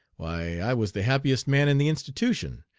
why, i was the happiest man in the institution,